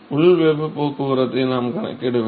உள் வெப்பப் போக்குவரத்தை நாம் கணக்கிட வேண்டும்